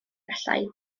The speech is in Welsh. efallai